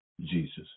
Jesus